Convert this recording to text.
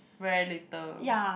very little